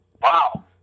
Wow